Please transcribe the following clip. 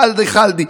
חאלד חאלדי,